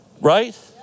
Right